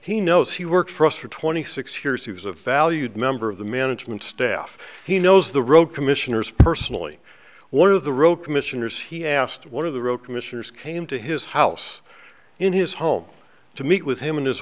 he knows he worked for us for twenty six years he was a valued member of the management staff he knows the road commissioners personally one of the road commissioners he asked one of the road commissioners came to his house in his home to meet with him and his